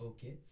Okay